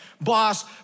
boss